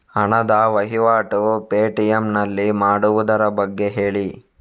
ಹಣದ ವಹಿವಾಟು ಪೇ.ಟಿ.ಎಂ ನಲ್ಲಿ ಮಾಡುವುದರ ಬಗ್ಗೆ ಹೇಳಿ